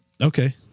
Okay